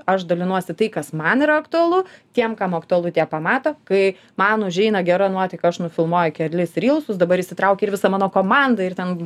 aš dalinuosi tai kas man yra aktualu tiem kam aktualu tie pamato kai man užeina gera nuotaika aš nufilmuoju kelis rylsus dabar įsitraukė ir visa mano komanda ir ten